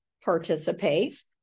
participate